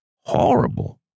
horrible